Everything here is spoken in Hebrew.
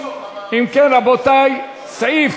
אם כן, רבותי, סעיף